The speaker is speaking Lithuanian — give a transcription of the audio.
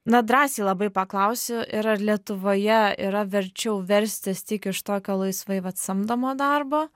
na drąsiai labai paklausiu ir ar lietuvoje yra verčiau verstis tik iš tokio laisvai vat samdomo darbo